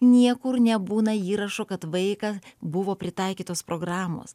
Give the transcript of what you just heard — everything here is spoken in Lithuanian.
niekur nebūna įrašo kad vaikas buvo pritaikytos programos